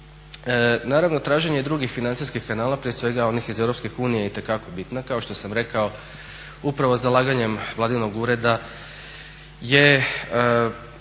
Naravno traže i drugih financijskih …/Govornik se ne razumije./… prije svega onih iz Europske unije je itekako bitna. Kao što sam rekao upravo zalaganjem Vladinog ureda je